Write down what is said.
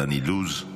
דן אילוז,